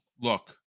look